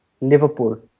Liverpool